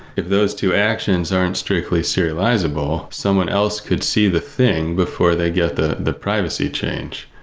if those two actions aren't strictly serializable, someone else could see the thing before they get the the privacy change.